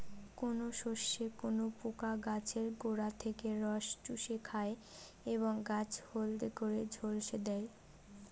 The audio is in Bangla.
কোন শস্যে কোন পোকা গাছের গোড়া থেকে রস চুষে খায় এবং গাছ হলদে করে ঝলসে দেয়?